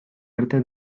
arte